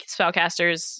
spellcasters